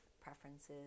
preferences